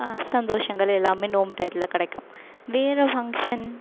சந்தோஷங்கள் எல்லாம் நோன்பு டையத்தில் கிடைக்கும் வேறே ஃபங்க்ஷன்